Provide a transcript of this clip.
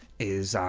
is?